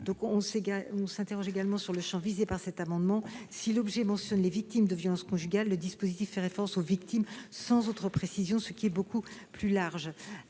Je m'interroge également sur le champ visé par cet amendement : si l'objet mentionne les victimes de violences conjugales, le dispositif fait référence aux victimes sans autre précision, ce qui est beaucoup plus large.